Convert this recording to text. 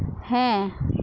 ᱦᱮᱸ